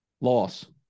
Loss